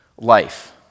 life